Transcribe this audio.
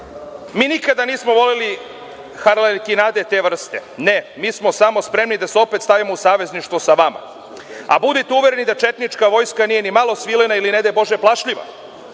nikada nismo voleli harlekinade te vrste. Ne. Mi smo samo spremni da se opet stavimo u savezništvo sa vama. A budite uvereni da četnička vojska nije ni malo svilena, ili ne daj Bože plašljiva.